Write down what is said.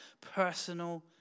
personal